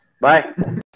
Bye